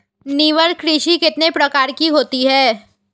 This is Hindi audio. निर्वाह कृषि कितने प्रकार की होती हैं?